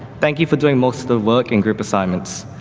thank you for doing most of the work in group assignments.